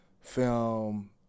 film